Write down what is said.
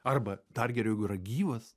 arba dar geriau jeigu yra gyvas